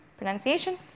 pronunciation